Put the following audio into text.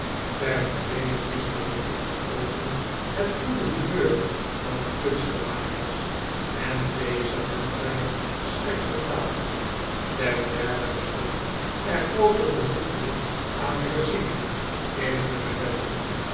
ten tweede misten de philanthropen het goede humeur van kunstenmakers en bezigden zy slechter taal ten derde bestond er groote behoefte aan herziening in hunne wetten